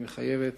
היא מחייבת